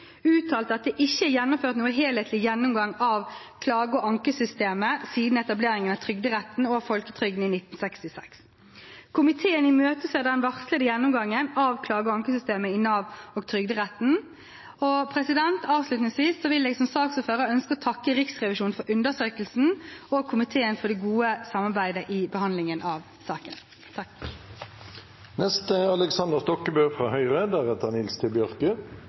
uttalte at det ikke er gjennomført noen helhetlig gjennomgang av klage- og ankesystemet siden etableringen av Trygderetten og Folketrygden i 1966. Komiteen imøteser den varslede gjennomgangen av klage- og ankesystemet i Nav og Trygderetten. Avslutningsvis vil jeg som saksordfører ønske å takke Riksrevisjonen for undersøkelsen, og komiteen for det gode samarbeidet i behandlingen av saken.